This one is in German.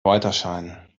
weiterscheinen